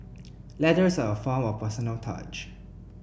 letters are a form of personal touch